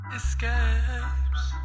escapes